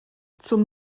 zum